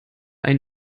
ein